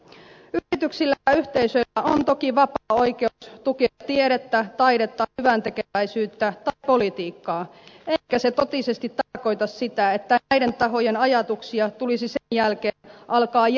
yrityksillä ja yhteisöillä on toki vapaa oikeus tukea tiedettä taidetta hyväntekeväisyyttä tai politiikkaa eikä se totisesti tarkoita sitä että näiden tahojen ajatuksia tulisi sen jälkeen alkaa järjestelmällisesti vastustaa